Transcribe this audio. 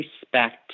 respect